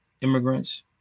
immigrants